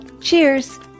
Cheers